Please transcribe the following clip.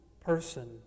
person